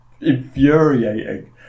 infuriating